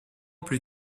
plus